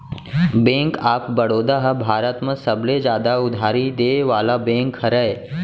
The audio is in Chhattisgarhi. बेंक ऑफ बड़ौदा ह भारत म सबले जादा उधारी देय वाला बेंक हरय